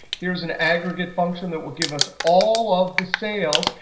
here's an aggregate function that would give us all of the sales.